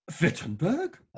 Wittenberg